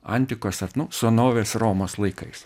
antikos ar nu sonovės romos laikais